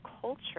culture